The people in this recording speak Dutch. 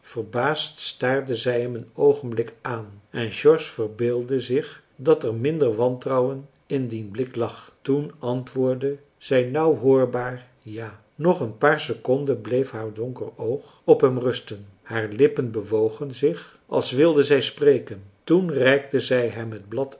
verbaasd staarde zij hem een oogenblik aan en george verbeeldde zich dat er minder wantrouwen in dien blik lag toen antwoordde zij nauw hoorbaar ja nog een paar seconden bleef haar donker oog op hem rusten haar lippen bewogen zich als wilde zij spreken toen reikte zij hem het blad